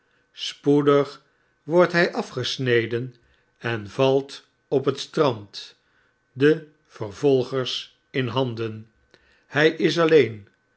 spoedig wordt hg afgesneden en valt op het strand den vervolgers in handen hg is alleen